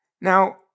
Now